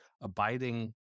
abiding